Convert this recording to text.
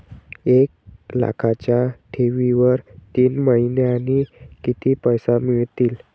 एक लाखाच्या ठेवीवर तीन महिन्यांनी किती पैसे मिळतील?